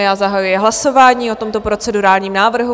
Já zahajuji hlasování o tomto procedurálním návrhu.